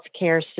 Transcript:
healthcare